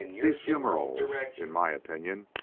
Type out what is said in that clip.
these fumeroles, in my opinion,